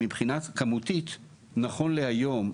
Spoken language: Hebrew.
מבחינה כמותית נכון להיום,